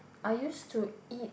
I used to eat